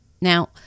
Now